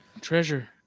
treasure